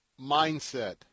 mindset